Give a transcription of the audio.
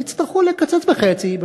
אבל יצטרכו לקצץ בחצי,